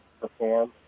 perform